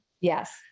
Yes